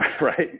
right